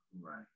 Right